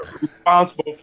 Responsible